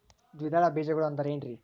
ದ್ವಿದಳ ಬೇಜಗಳು ಅಂದರೇನ್ರಿ?